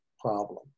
problem